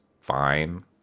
fine